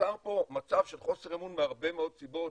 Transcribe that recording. נוצר פה מצב של חוסר אמון מהרבה מאוד סיבות,